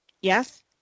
Yes